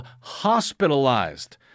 hospitalized